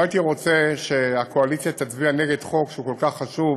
לא הייתי רוצה שהקואליציה תצביע נגד חוק שהוא כל כך חשוב,